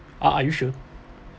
are are you sure